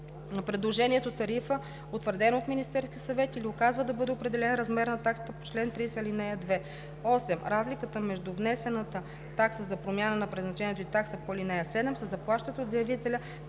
предложението тарифа, утвърдена от Министерския съвет или указва да бъде определен размер на таксата по чл. 30, ал. 2. (8) Разликата между внесената такса за промяна на предназначението и таксата по ал. 7 се заплаща от заявителя